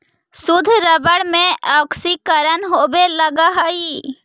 शुद्ध रबर में ऑक्सीकरण होवे लगऽ हई